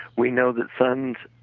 we know that sons